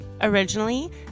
Originally